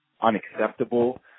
unacceptable